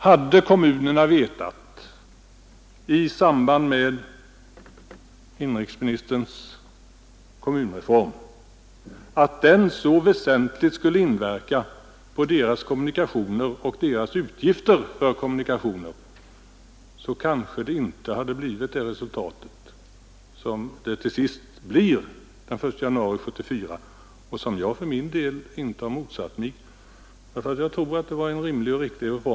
Hade kommunerna i samband med inrikesministerns kommunreform vetat att den så väsentligt skulle inverka på omfattningen av deras kommunikationer och de utgifter som de har för kommunikationer, kanske resultatet inte blivit det som det till sist blir I januari 1974 och som jag för min del inte motsatt mig, därför att jag tror att reformen var rimlig och riktig.